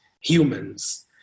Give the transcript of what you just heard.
humans